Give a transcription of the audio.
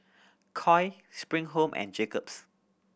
Koi Spring Home and Jacob's